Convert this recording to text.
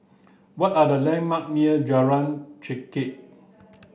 what are the landmark near Jalan Chengkek